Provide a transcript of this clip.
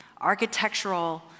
architectural